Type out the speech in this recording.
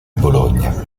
bologna